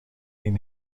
این